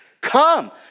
Come